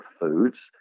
foods